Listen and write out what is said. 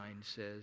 says